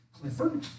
Clifford